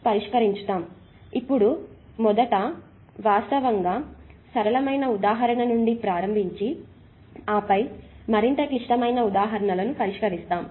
కాబట్టి ఇప్పుడు మొదట వాస్తవముగా సరళమైన ఉదాహరణ నుండి ప్రారంభించి ఆపై మరింత క్లిష్టమైన ఉదాహరణలను పరిష్కరిస్తాము